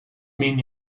mean